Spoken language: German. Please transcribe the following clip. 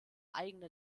eigene